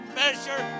measure